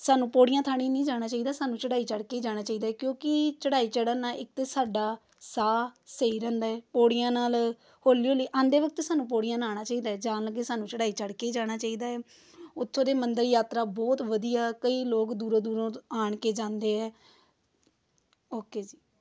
ਸਾਨੂੰ ਪੌੜੀਆਂ ਥਾਣੀ ਨਹੀਂ ਜਾਣਾ ਚਾਹੀਦਾ ਸਾਨੂੰ ਚੜ੍ਹਾਈ ਚੜ੍ਹ ਕੇ ਜਾਣਾ ਚਾਹੀਦਾ ਕਿਉਂਕਿ ਚੜ੍ਹਾਈ ਚੜ੍ਹਨ ਨਾਲ ਇੱਕ ਤਾਂ ਸਾਡਾ ਸਾਹ ਸਹੀ ਰਹਿੰਦਾ ਏ ਪੌੜੀਆਂ ਨਾਲ ਹੌਲੀ ਹੌਲੀ ਆਉਂਦੇ ਵਕਤ ਸਾਨੂੰ ਪੌੜੀਆਂ ਨਾਲ ਆਉਣਾ ਚਾਹੀਦਾ ਜਾਣ ਲੱਗੇ ਸਾਨੂੰ ਚੜ੍ਹਾਈ ਚੜ੍ਹ ਕੇ ਜਾਣਾ ਚਾਹੀਦਾ ਉੱਥੋਂ ਦੇ ਮੰਦਰ ਯਾਤਰਾ ਬਹੁਤ ਵਧੀਆ ਕਈ ਲੋਕ ਦੂਰੋਂ ਦੂਰੋਂ ਆਣ ਕੇ ਜਾਂਦੇ ਹੈ ਓਕੇ ਜੀ